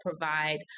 provide